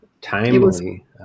timely